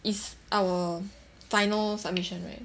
it's our final submission right